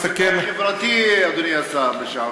חברתי, אדוני השר לשעבר.